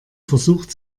versucht